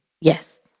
Yes